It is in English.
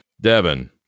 Devin